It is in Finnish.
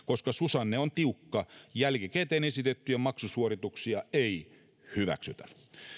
koska susanne on tiukka jälkikäteen esitettyjä maksusuorituksia ei hyväksytä